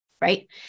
right